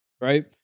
Right